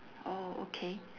orh okay